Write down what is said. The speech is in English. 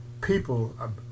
people